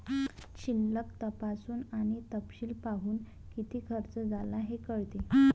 शिल्लक तपासून आणि तपशील पाहून, किती खर्च झाला हे कळते